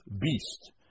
beast